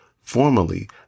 formally